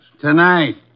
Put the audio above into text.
Tonight